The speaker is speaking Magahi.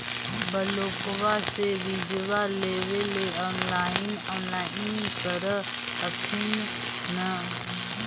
ब्लोक्बा से बिजबा लेबेले ऑनलाइन ऑनलाईन कर हखिन न?